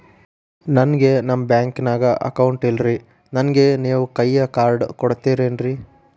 ನನ್ಗ ನಮ್ ಬ್ಯಾಂಕಿನ್ಯಾಗ ಅಕೌಂಟ್ ಇಲ್ರಿ, ನನ್ಗೆ ನೇವ್ ಕೈಯ ಕಾರ್ಡ್ ಕೊಡ್ತಿರೇನ್ರಿ?